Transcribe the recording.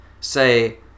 say